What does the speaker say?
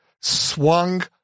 swung